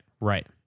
right